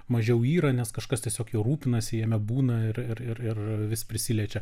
mažiau yra nes kažkas tiesiog juo rūpinasi jame būna ir ir ir vis prisiliečia